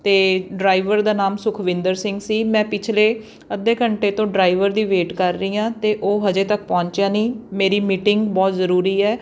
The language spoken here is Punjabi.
ਅਤੇ ਡਰਾਈਵਰ ਦਾ ਨਾਮ ਸੁਖਵਿੰਦਰ ਸਿੰਘ ਸੀ ਮੈਂ ਪਿਛਲੇ ਅੱਧੇ ਘੰਟੇ ਤੋਂ ਡਰਾਈਵਰ ਦੀ ਵੇਟ ਕਰ ਰਹੀ ਹਾਂ ਅਤੇ ਉਹ ਹਜੇ ਤੱਕ ਪਹੁੰਚਿਆ ਨਹੀਂ ਮੇਰੀ ਮੀਟਿੰਗ ਬਹੁਤ ਜ਼ਰੂਰੀ ਹੈ